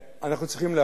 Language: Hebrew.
אנחנו צריכים להחליט.